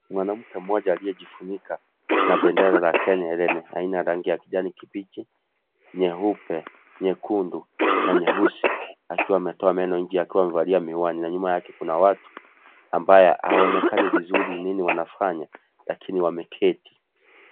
Mwanamke mmoja aliyejifunika na bendera la Kenya helene aina ya rangi ya kijani kibichi, nyeupe, nyekundu na nyeusi akiwa ametoa meno nje akiwa amevalia miwani na nyuma yake kuna watu ambaye hawaonekani vizuri ni nini wanafanya lakini wameketi.